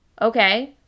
Okay